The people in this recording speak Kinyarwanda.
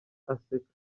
aseka